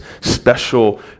special